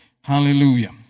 Hallelujah